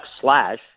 slash